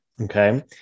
okay